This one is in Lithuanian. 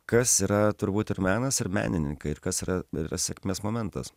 kas yra turbūt ir menas ir menininkai ir kas yra yra sėkmės momentas